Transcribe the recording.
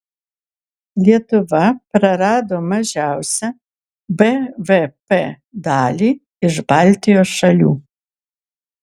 lietuva prarado mažiausią bvp dalį iš baltijos šalių